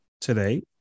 today